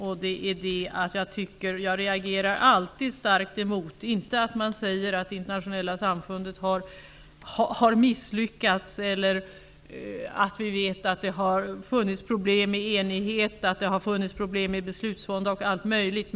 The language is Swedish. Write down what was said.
Jag vänder mig inte emot att man säger att det internationella samfundet har misslyckats eller att det har varit svårt att nå enighet, att det har varit beslutsvånda och allt möjligt.